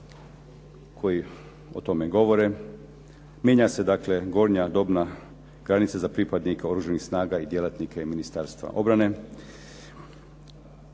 koji o tome govore. Mijenja se dakle gornja dobna granica za pripadnike Oružanih snaga i djelatnike Ministarstva obrane.